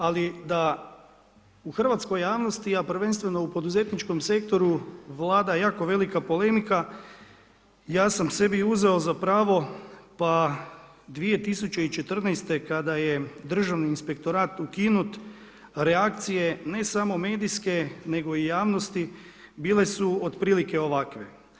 Ali da u hrvatskoj javnosti, a prvenstveno u poduzetničkom sektoru vlada jako velika polemika, ja sam sebi uzeo za pravo pa 2014. kada je državni inspektorat ukinut reakcije ne samo medijske, nego i javnosti bile su otprilike ovakve.